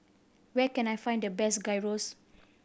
where can I find the best Gyros